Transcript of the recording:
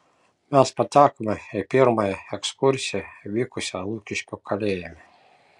mes patekome į pirmąją ekskursiją vykusią lukiškių kalėjime